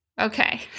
Okay